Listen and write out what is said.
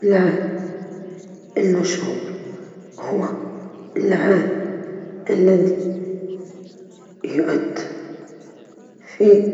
سفينة فضاء، لأنه حلم الطيران والاستكشاف في